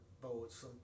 boats